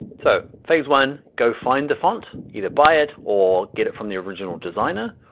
so phase one go find the font, either buy it or get it from the original designer,